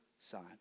side